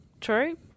True